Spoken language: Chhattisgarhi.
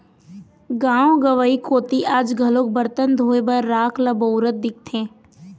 गाँव गंवई कोती आज घलोक बरतन धोए बर राख ल बउरत दिखथे